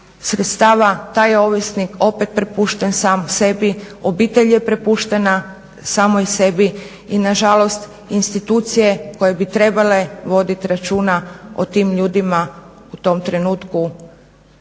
sredstava taj je ovisnik opet prepušten sam sebi, obitelj je prepuštena samoj sebi i nažalost institucije koje bi trebale voditi računa o tim ljudima u tom trenutku